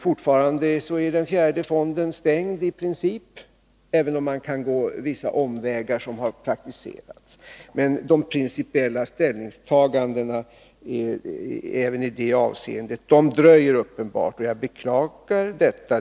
Fortfarande är den fjärde fonden stängd i princip, även om man kan gå vissa omvägar, vilket har praktiserats. Men de principiella ställningstagandena dröjer uppenbarligen, och jag beklagar det.